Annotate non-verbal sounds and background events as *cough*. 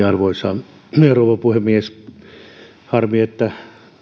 *unintelligible* arvoisa rouva puhemies harmi että